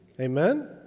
Amen